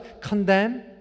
condemn